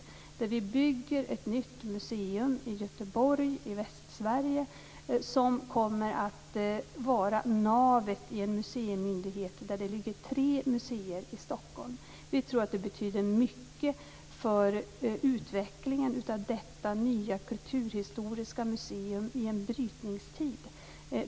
Det innebär att vi bygger ett nytt museum i Göteborg, i västsverige, som kommer att vara navet i en museimyndighet med tre museer förlagda till Stockholm. Vi tror att det betyder mycket för utvecklingen av detta nya kulturhistoriska museum i en brytningstid.